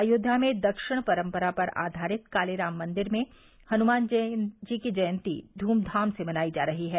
अयोध्या में दक्षिण परम्परा पर आधारित काले राम मंदिर में हनुमान जी की जयंती ध्रमधाम से मनायी जा रही है